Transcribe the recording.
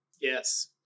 Yes